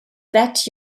that